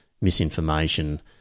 misinformation